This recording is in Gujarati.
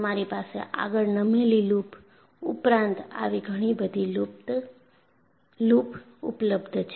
તમારી પાસે આગળ નમેલી લુપ ઉપરાંત આવી ઘણીબધી લૂપ ઉપલબ્ધ છે